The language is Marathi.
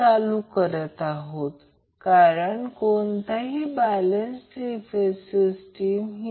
तर हा Vcn अँगल 240° आहे त्यामुळे Vcn हा Van पासून 240o ने लॅग करत आहे